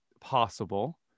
possible